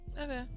Okay